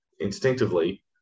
Instinctively